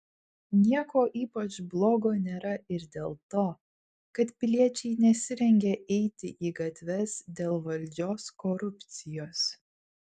nieko ypač blogo nėra ir dėl to kad piliečiai nesirengia eiti į gatves dėl valdžios korupcijos